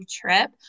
trip